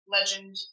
Legend